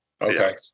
Okay